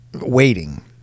waiting